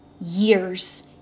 years